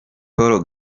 paul